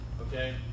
Okay